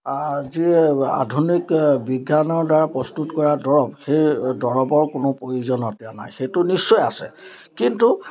যি আধুনিক বিজ্ঞানৰ দ্বাৰা প্ৰস্তুত কৰা দৰৱ সেই দৰৱৰ কোনো প্ৰয়োজনতীয়া নাই সেইটো নিশ্চয় আছে কিন্তু